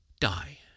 die